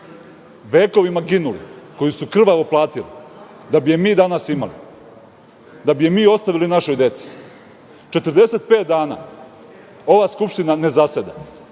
vekovima ginuli, koju su krvavo platili da bi je mi danas imali, da bi je mi ostavili našoj deci. Četrdeset i pet dana ova Skupština ne zaseda.